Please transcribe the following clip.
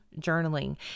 journaling